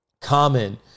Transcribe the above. common